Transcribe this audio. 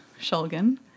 Shulgin